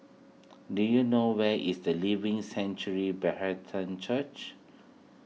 do you know where is the Living Sanctuary Brethren Church